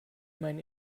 mein